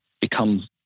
become